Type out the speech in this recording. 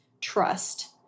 trust